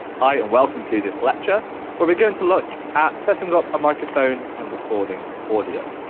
hi and welcome to this lecture where we're going to look at setting up a microphone and recording audio.